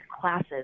classes